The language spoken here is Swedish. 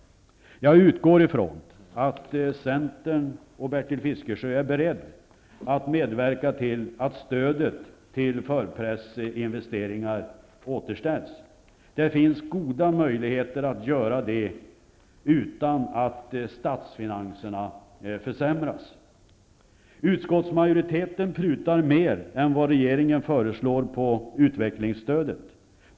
Jag utgår ifrån att Centern och Bertil Fiskesjö är beredda att medverka till att stödet till förpressinvesteringar återställs. Det finns goda möjligheter att göra det utan att statsfinanserna försämras. Utskottsmajoriteten vill pruta mer på utvecklingsstödet än vad regeringen föreslår.